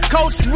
Coach